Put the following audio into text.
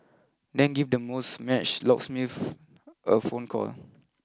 then give the most matched locksmiths a phone call